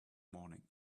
morning